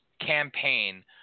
campaign